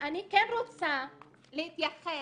אני כן רוצה להתייחס,